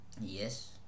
Yes